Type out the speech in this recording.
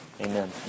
Amen